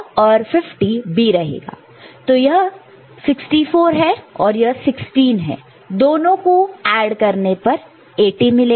तो यह 64 है और यह 16 है दोनों को जोड़ने ऐड add पर हमें 80 मिलेगा